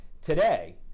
today